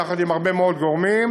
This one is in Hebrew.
ביחד עם הרבה מאוד גורמים,